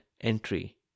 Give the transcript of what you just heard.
entry